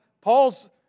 Paul's